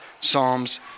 Psalms